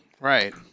right